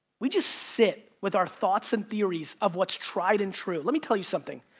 we just sit with our thoughts and theories of what's tried-and-true. let me tell you something,